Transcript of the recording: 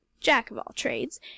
jack-of-all-trades